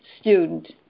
student